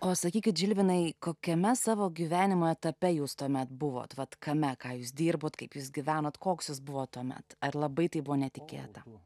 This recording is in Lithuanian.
o sakykit žilvinai kokiame savo gyvenimo etape jūs tuomet buvot vat kame ką jūs dirbote kaip jūs gyvenate koks jis buvo tuomet ar labai tai buvo netikėta